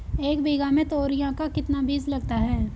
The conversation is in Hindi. एक बीघा में तोरियां का कितना बीज लगता है?